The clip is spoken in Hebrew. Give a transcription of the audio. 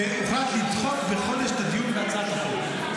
והוחלט לדחות בחודש את הדיון בהצעת החוק.